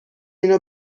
اینو